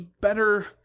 better